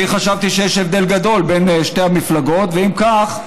אני חשבתי שיש הבדל גדול בין שתי המפלגות, ואם כך,